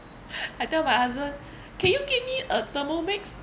I tell my husband can you give me a thermomix